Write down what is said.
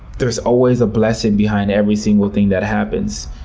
there's always a blessing behind every single thing that happens.